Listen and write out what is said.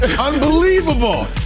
Unbelievable